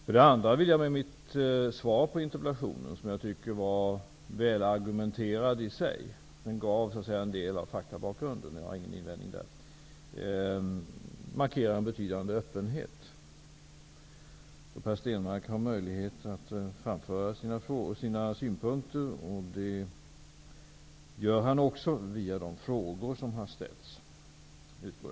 För det andra vill jag med mitt svar på interpellationen -- jag tycker att den i sig är välargumenterad och att den ger en del information om faktabakgrunden, och jag har således ingen invändning i det avseendet -- markera en betydande öppenhet. Per Stenmarck har alltså möjlighet att framföra sina synpunkter. Det gör han också via de frågor som har ställts, utgår jag från.